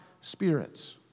spirits